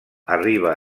arriba